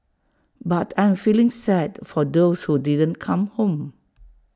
but I am feeling sad for those who didn't come home